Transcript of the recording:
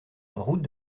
route